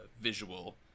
visual